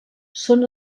són